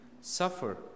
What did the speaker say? suffer